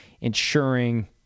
ensuring